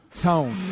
tone